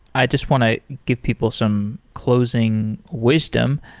i just want to give people some closing wisdom.